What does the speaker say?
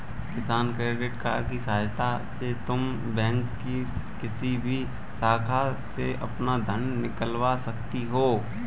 किसान credit card की सहायता से तुम बैंक की किसी भी शाखा से अपना धन निकलवा सकती हो